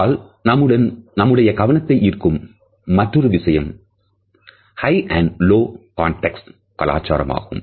hall நம்முடைய கவனத்தை ஈர்க்கும் மற்றொரு விஷயம் High and low context கலாச்சாரமாகும்